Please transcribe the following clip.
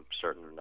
certain